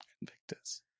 Invictus